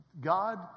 God